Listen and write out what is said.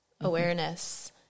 awareness